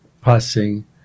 passing